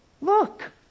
Look